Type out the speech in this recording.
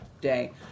day